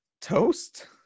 toast